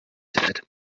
said